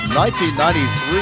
1993